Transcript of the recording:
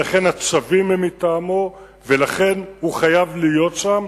לכן הצווים הם מטעמו, ולכן הוא חייב להיות שם,